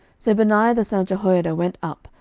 so benaiah the son of jehoiada went up,